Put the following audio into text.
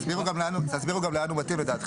אז תסבירו גם לאן הוא מתאים לדעתכם.